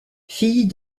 fille